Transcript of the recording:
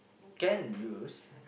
can use